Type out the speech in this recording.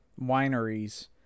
wineries